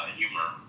humor